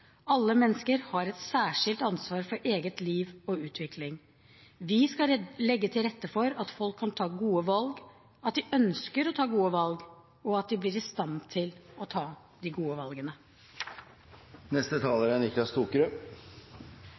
Alle mennesker har et særskilt ansvar for eget liv og utvikling. Vi skal legge til rette for at folk kan ta gode valg, at de ønsker å ta gode valg, og at de blir i stand til å ta de gode valgene. Å forebygge i tidlig alder er